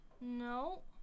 No